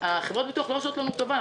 חברות הביטוח לא עושות לנו טובה.